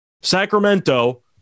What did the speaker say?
Sacramento